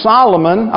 Solomon